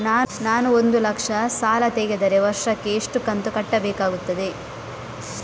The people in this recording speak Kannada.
ನಾನು ಒಂದು ಲಕ್ಷ ಸಾಲ ತೆಗೆದರೆ ವರ್ಷಕ್ಕೆ ಎಷ್ಟು ಕಂತು ಕಟ್ಟಬೇಕಾಗುತ್ತದೆ?